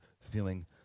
feeling